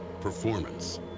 performance